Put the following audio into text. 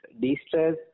de-stress